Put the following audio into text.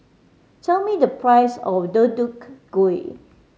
tell me the price of Deodeok Gui